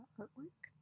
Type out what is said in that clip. artwork